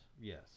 Yes